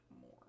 more